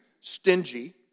Stingy